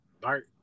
Bart